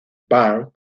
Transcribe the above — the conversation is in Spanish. burn